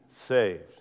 saved